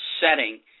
setting